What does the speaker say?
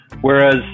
Whereas